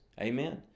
Amen